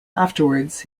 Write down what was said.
afterwards